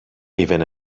even